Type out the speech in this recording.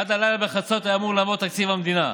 עד הלילה בחצות היה אמור לעבור תקציב המדינה.